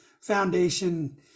foundation